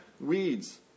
weeds